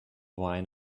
wine